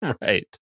Right